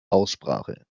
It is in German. aussprache